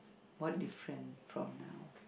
what different from now